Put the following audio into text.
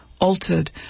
altered